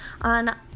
on